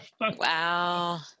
Wow